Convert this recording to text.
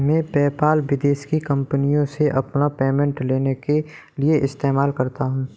मैं पेपाल विदेश की कंपनीयों से अपना पेमेंट लेने के लिए इस्तेमाल करता हूँ